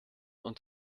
und